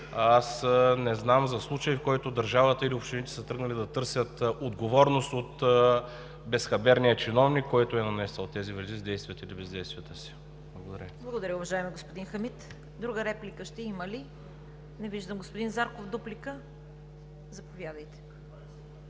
аз не знам за случай, в който държавата или общините са тръгнали да търсят отговорност от безхаберния чиновник, който е нанесъл тези вреди с действията или бездействията си. Благодаря. ПРЕДСЕДАТЕЛ ЦВЕТА КАРАЯНЧЕВА: Благодаря, уважаеми господин Хамид. Друга реплика ще има ли? Не виждам. Господин Зарков, дуплика? Заповядайте.